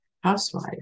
housewife